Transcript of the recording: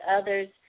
others